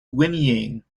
whinnying